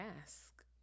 ask